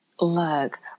look